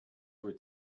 were